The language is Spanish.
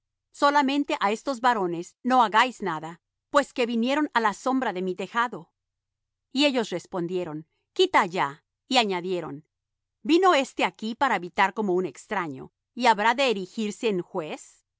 solamente á estos varones no hagáis nada pues que vinieron á la sombra de mi tejado y ellos respondieron quita allá y añadieron vino éste aquí para habitar como un extraño y habrá de erigirse en juez